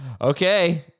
Okay